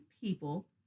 people